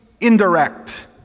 indirect